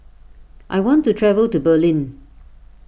I want to travel to Berlin